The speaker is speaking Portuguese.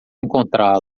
encontrá